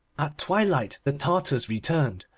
at twilight the tartars returned,